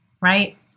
right